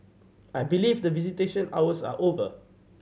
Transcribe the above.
I believe that visitation hours are over